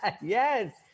yes